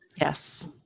Yes